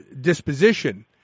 disposition